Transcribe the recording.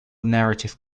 narrative